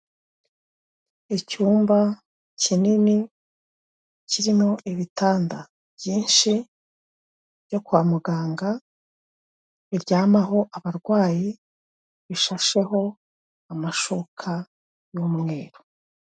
Icyumba kinini kirimo ibitanda byinshi byo kwa muganga, biryamaho abarwayi, bishasheho amashuka y'umweru.